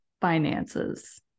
finances